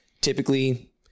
Typically